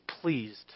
pleased